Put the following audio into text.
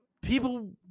people